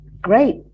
great